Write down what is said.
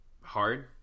hard